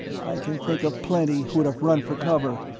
i can think of plenty who'd have run for cover,